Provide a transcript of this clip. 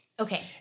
Okay